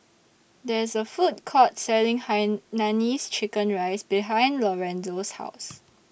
There IS A Food Court Selling Hainanese Chicken Rice behind Lorenzo's House